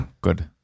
Good